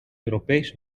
europees